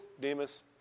Demas